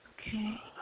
Okay